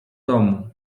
domu